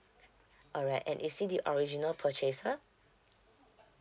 alright and is he the original purchaser